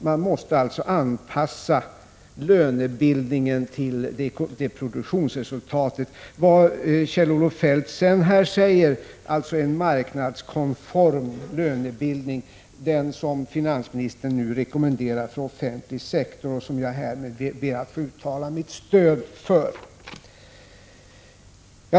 Man måste alltså — vad än Kjell-Olof Feldt säger — anpassa lönebildningen till produktionsresultatet, dvs. ha en marknadskonform lönebildning. Det har finansministern rekommenderat här i dag för den offentliga sektorn, och det är något som jag härmed ber att få uttala mitt stöd för.